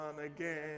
again